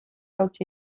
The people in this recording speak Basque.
hautsi